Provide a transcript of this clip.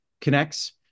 connects